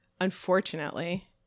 unfortunately